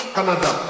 Canada